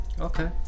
Okay